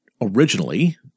originally